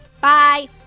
bye